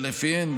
שלפיהן,